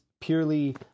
purely